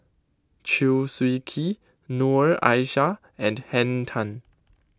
Chew Swee Kee Noor Aishah and Henn Tan